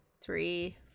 three